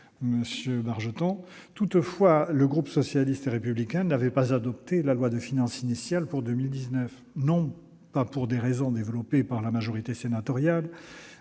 le souligner. Toutefois, si le groupe socialiste et républicain n'avait pas adopté la loi de finances initiale pour 2019, ce n'était pas pour les raisons développées par la majorité sénatoriale